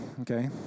okay